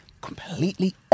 completely